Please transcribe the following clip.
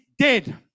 dead